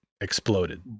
exploded